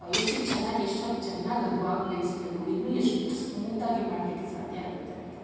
ಎಷ್ಟು ಷೆನ್ನಾಗಿ ಎಷ್ಟು ಹೊತ್ತು ಚೆನ್ನಾಗಿ ಹದ್ವಾಗಿ ಬೇಯಿಸಬೇಕು ಇನ್ನೂ ಎಷ್ಟು ಸ್ಮೂತಾಗಿ ಮಾಡಲಿಕ್ಕೆ ಸಾಧ್ಯ ಆಗುತ್ತೆ ಅಂತ